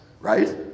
Right